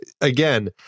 again